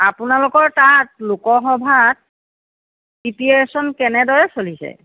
আপোনালোকৰ তাত লোকসভাত প্ৰিপেৰেশ্যন কেনেদৰে চলিছে